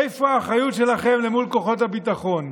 איפה האחריות שלכם למול כוחות הביטחון?